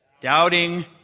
doubting